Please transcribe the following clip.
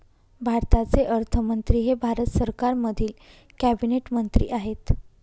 भारताचे अर्थमंत्री हे भारत सरकारमधील कॅबिनेट मंत्री आहेत